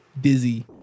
dizzy